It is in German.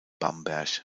bamberg